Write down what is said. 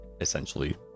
essentially